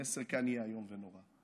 המסר כאן יהיה איום ונורא.